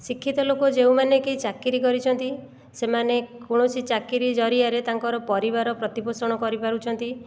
ଶିକ୍ଷିତ ଲୋକ ଯେଉଁମାନେ କି ଚାକିରି କରିଛନ୍ତି ସେମାନେ କୌଣସି ଚାକିରି ଜରିଆରେ ତାଙ୍କର ପରିବାର ପ୍ରତିପୋଷଣ କରି ପାରୁଛନ୍ତି